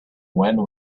went